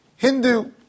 Hindu